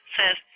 says